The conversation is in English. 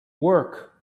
work